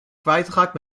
kwijtgeraakt